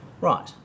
Right